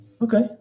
Okay